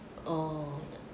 oh